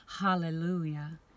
Hallelujah